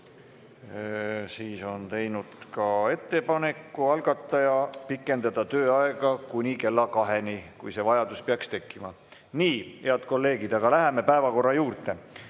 algataja teinud ettepaneku pikendada tööaega kuni kella kaheni, kui see vajadus peaks tekkima. Nii, head kolleegid, läheme päevakorra juurde.